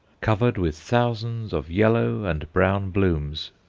covered with thousands of yellow and brown blooms.